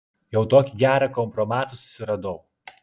jau tokį gerą kompromatą susiradau